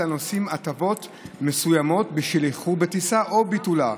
לנוסעים הטבות מסוימות בשל איחור בטיסה או ביטולה.